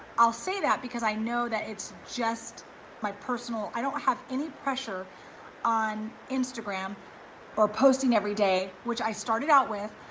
i'll say that because i know that it's just my personal, i don't have any pressure on instagram or posting every day, which i started out with,